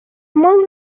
among